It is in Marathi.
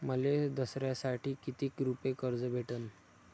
मले दसऱ्यासाठी कितीक रुपये कर्ज भेटन?